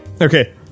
okay